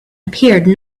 appeared